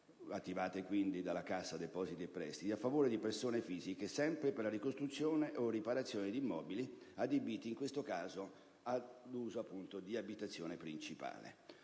(attivata quindi dalla Cassa depositi e prestiti), in favore di persone fisiche, sempre per la ricostruzione o la riparazione di immobili adibiti, in questo caso, all'uso di abitazione principale.